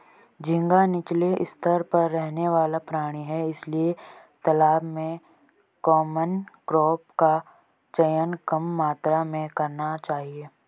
झींगा नीचले स्तर पर रहने वाला प्राणी है इसलिए तालाब में कॉमन क्रॉप का चयन कम मात्रा में करना चाहिए